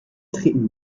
treten